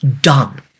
done